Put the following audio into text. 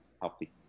healthy